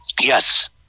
Yes